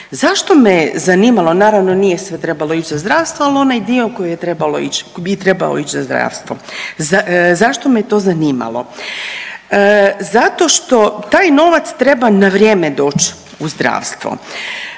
Zašto me je zanimalo, naravno nije sve trebalo ići za zdravstvo, ali onaj dio koji bi trebao ići za zdravstvo. Zašto me to zanimalo? Zato što taj novac treba na vrijeme doći u zdravstvo.